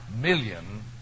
million